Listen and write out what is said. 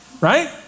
Right